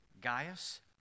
Gaius